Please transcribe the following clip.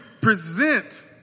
present